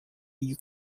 you